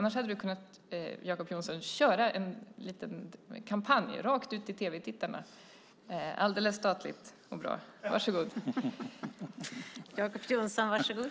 Annars hade Jacob Johnson kunnat köra en liten kampanj rakt ut till tv-tittarna, alldeles statligt och bra. Varsågod!